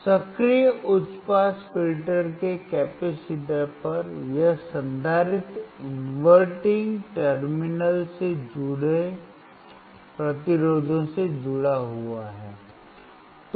सक्रिय उच्च पास फिल्टर के कैपेसिटर पर यह संधारित्र इनवर्टिंग टर्मिनल से जुड़े प्रतिरोधों से जुड़ा हुआ है